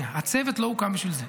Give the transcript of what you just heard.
הצוות לא הוקם בשביל זה.